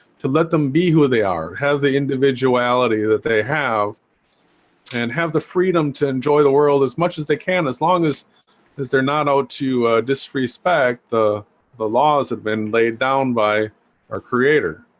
to let them be who they are have the individuality that they have and have the freedom to enjoy the world as much as they can as long as as they're not out to disrespect the the laws have been laid down by our creator